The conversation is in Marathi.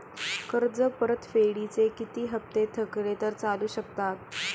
कर्ज परतफेडीचे किती हप्ते थकले तर चालू शकतात?